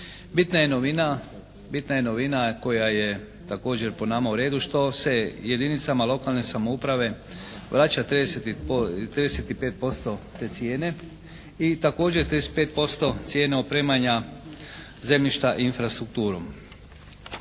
Bitna je novina koja je također po nama u redu što se jedinicama lokalne samouprave vraća 35% te cijene i također 35% cijena opremanja zemljišta infrastrukturom.